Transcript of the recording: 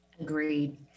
Agreed